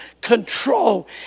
control